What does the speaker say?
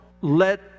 let